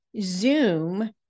Zoom